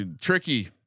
Tricky